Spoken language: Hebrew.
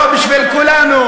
לא, בשביל כולנו.